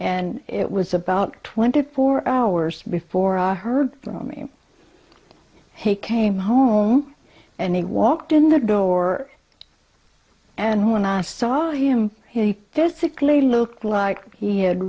and it was about twenty four hours before i heard from him he came home and he walked in the door and when i saw him he physically looked like he had